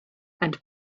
and